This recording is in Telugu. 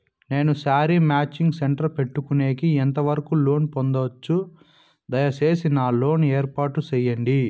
నేను శారీ మాచింగ్ సెంటర్ పెట్టుకునేకి ఎంత వరకు లోను పొందొచ్చు? దయసేసి నాకు లోను ఏర్పాటు సేయండి?